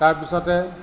তাৰপিছতে